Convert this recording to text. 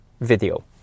video